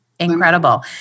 Incredible